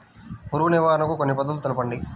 పురుగు నివారణకు కొన్ని పద్ధతులు తెలుపండి?